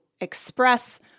express